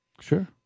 Sure